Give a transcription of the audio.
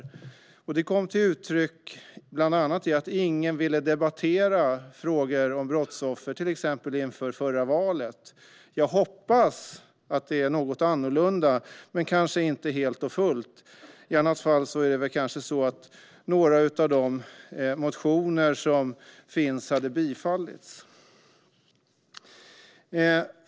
Detta kom till exempel till uttryck bland annat i att ingen ville debattera frågor om brottsoffer inför det förra valet. Jag hoppas att det är något annorlunda nu, men kanske inte helt och fullt. Då hade kanske några av de motioner som finns bifallits.